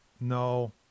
No